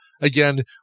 again